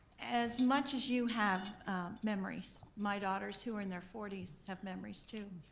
as much as you have memories, my daughters who are in their forty s have memories too.